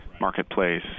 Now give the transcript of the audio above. marketplace